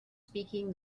speaking